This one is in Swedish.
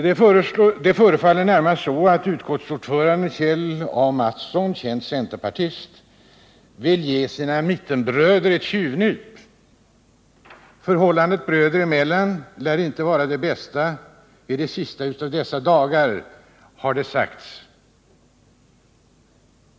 Det förefaller nästan som om utskottsordföranden Kjell A. Mattsson vill ge sina mittenbröder ett tjyvnyp. Förhållandet bröderna emellan lär inte vara det bästa i de sista av dessa dagar, hardet sagts.